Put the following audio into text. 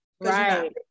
Right